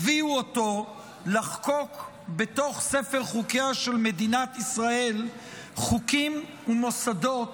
הביאו אותו לחקוק בתוך ספר חוקיה של מדינת ישראל חוקים ומוסדות